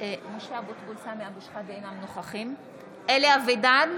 בשמות חברי הכנסת) אלי אבידר,